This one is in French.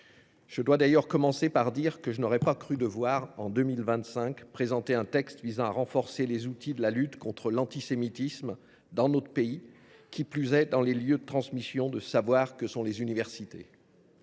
D’ailleurs – je vous l’avoue –, je n’aurais pas cru devoir, en 2025, présenter un texte visant à renforcer les outils de la lutte contre l’antisémitisme dans notre pays, qui plus est dans ces lieux de transmission de savoir que sont les universités.